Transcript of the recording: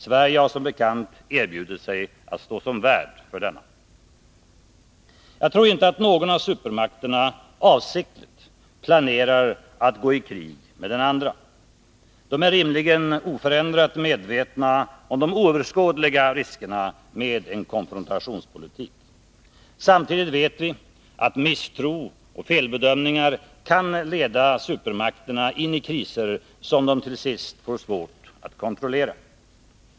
Sverige har som bekant erbjudit sig att stå som värd för denna. Jag tror inte att någon av supermakterna avsiktligt planerar att gå i krig med den andra. De är rimligen oförändrat medvetna om de oöverskådliga riskerna med en konfrontationspolitik. Samtidigt vet vi att misstro och felbedömningar kan leda supermakterna in i kriser som de till sist får svårt att kontrollera.